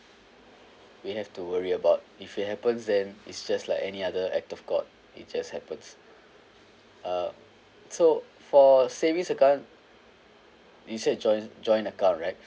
we have to worry about if it happens then is just like any other act of god it just happens uh so for savings account you said join~ joint account right